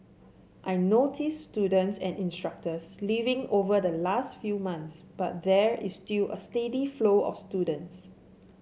I noticed students and instructors leaving over the last few months but there is still a steady flow of students